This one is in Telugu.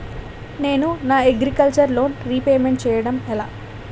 నేను నా అగ్రికల్చర్ లోన్ రీపేమెంట్ చేయడం ఎలా?